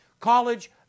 college